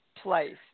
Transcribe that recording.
place